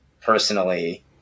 personally